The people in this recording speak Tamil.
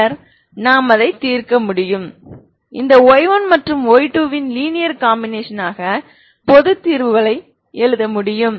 பின்னர் நான் அதைத் தீர்க்க முடியும் இந்த y1 மற்றும் y2 இன் லீனியர் காம்பினேஷன் ஆக பொதுத் தீர்வுகளை எழுத முடியும்